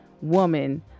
woman